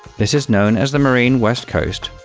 this is known as the marine west coast,